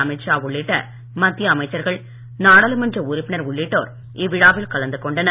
அமித் ஷா உள்ளிட்ட மத்திய சிங் அமைச்சர்கள் நாடாளுமன்ற உறுப்பினர் உள்ளிட்டோர் இவ்விழாவில் கலந்து கொண்டனர்